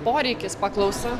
poreikis paklausa